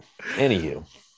anywho